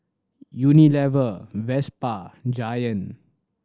Unilever Vespa Giant